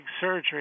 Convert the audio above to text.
surgery